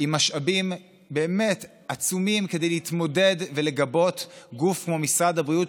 עם משאבים באמת עצומים כדי להתמודד ולגבות גוף כמו משרד הבריאות,